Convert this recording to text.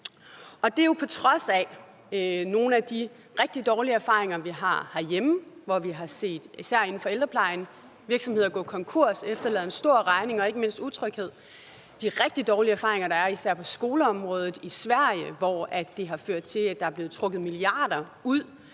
Og det er jo på trods af nogle af de rigtig dårlige erfaringer, vi har herhjemme, hvor vi især inden for ældreplejen har set virksomheder gå konkurs og efterlade en stor regning og ikke mindst utryghed, og på trods af de rigtig dårlige erfaringer, der er på især skoleområdet i Sverige, hvor det har ført til, at der er blevet trukket milliarder af